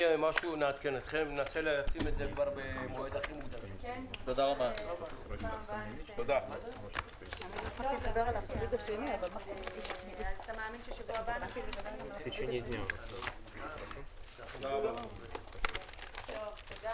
הישיבה ננעלה בשעה 11:00.